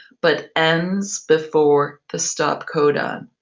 but ends before the stop codon,